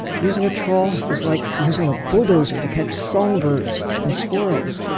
using a troll is like using a bulldozer to catcher songbirds and squirrels.